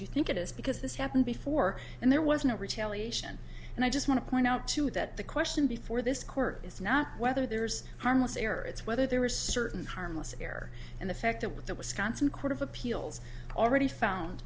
you think it is because this happened before and there was no retaliation and i just want to point out too that the question before this court is not whether there's harmless error it's whether there were certain harmless error and the fact that with the wisconsin court of appeals already found